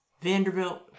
Vanderbilt